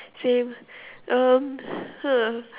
same um hmm